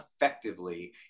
effectively